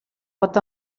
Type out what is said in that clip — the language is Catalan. pot